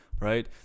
right